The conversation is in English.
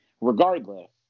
regardless